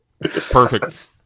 perfect